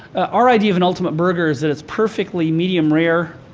our idea of an ultimate burger is that it's perfectly medium rare,